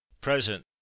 Present